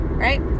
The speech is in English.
Right